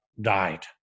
died